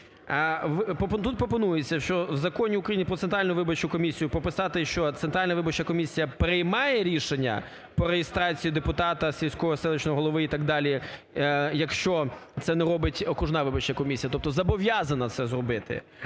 Тут пропонується, що в Законі України "Про Центральну виборчу комісію" прописати, що Центральна виборча комісія приймає рішення про реєстрацію депутата, сільського, селищного голови і так далі, якщо це не робить окружна виборча комісія, тобто зобов'язана це зробити.